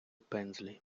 пензлі